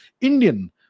Indian